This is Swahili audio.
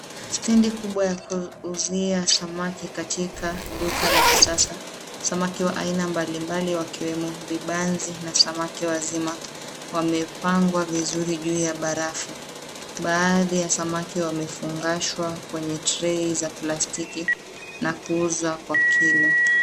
Stendi kubwa ya kuuzia samaki katika duka la kisasa. Samaki wa aina mbalimbali wakiwemo vibanzi na samaki wazima wamepangwa vizuri juu ya barafu. Baadhi ya samaki wamefungashwa kwenye trei za plastiki na kuuzwa kwa kino.